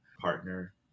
partner